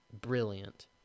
brilliant